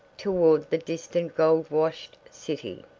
toward the distant gold-washed city.